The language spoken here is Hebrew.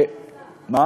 אין פה שר.